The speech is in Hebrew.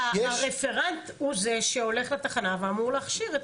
הרפרנט הוא זה שהולך לתחנה ואמור להכשיר.